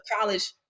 college